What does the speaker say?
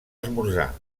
esmorzar